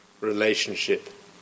relationship